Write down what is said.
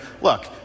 look